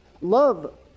Love